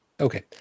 Okay